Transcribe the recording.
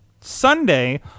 Sunday